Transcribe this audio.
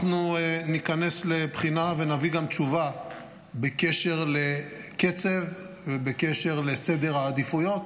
אנחנו ניכנס לבחינה ונביא גם תשובה בקשר לקצב ובקשר לסדר העדיפויות.